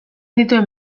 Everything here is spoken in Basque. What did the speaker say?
dituen